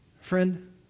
Friend